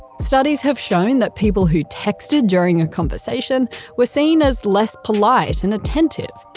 studies have shown that people who texted during a conversation were seen as less polite and attentive,